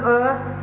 earth